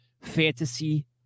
fantasy